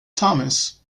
thomas